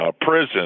prison